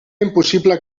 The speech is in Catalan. impossible